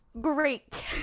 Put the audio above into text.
great